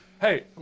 Hey